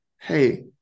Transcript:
Hey